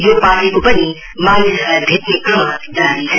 यो पार्टीको पनि मानिसहरूलाई भेट्ने क्रम जारी छ